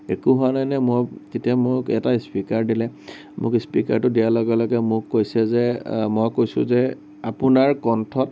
একো হোৱা নাইনে মই তেতিয়া মোক এটা ইস্পিকাৰ দিলে মোক ইস্পিকাৰটো দিয়াৰ লগে লগে মোক কৈছে যে মই কৈছো যে আপোনাৰ কণ্ঠত